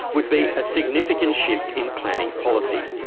would be a significant shift in planning policy.